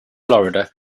florida